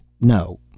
No